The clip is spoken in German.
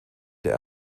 der